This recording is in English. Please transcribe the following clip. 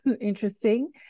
interesting